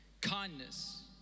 kindness